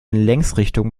längsrichtung